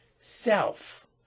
self